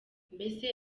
mbese